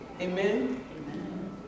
Amen